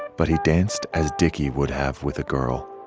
but he danced as dickie would have with a girl.